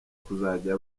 kuzajya